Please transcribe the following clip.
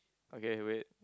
okay wait